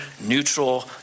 neutral